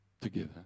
together